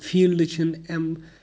field چھِنہٕ اَمہِ